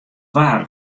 waar